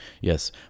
Yes